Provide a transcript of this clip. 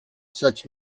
such